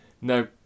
No